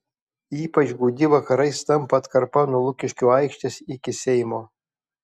ypač gūdi vakarais tampa atkarpa nuo lukiškių aikštės iki seimo